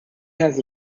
has